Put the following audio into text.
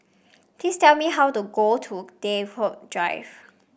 please tell me how to go to Draycott Drive